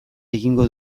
egingo